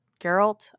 Geralt